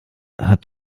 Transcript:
habt